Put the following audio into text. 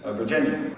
ah virginia.